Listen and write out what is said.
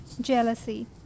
jealousy